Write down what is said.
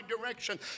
direction